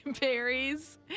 Berries